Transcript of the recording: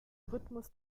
rhythmus